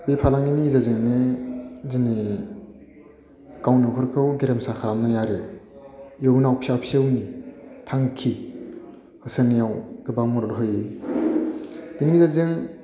बे फालांगिनि गेजेरजोंनो दिनै गावनि न'खरखौ गेरेमसा खालामनाय आरो इयुनाव फिसा फिसौनि थांखि होसोनायाव गोबां मदद होयो बिनि गेजेरजों